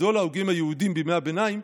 גדול ההוגים בימי הביניים,